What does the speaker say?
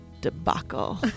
debacle